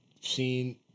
seen